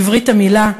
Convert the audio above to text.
בברית המילה,